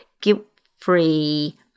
guilt-free